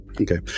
Okay